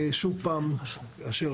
שוב פעם, כאשר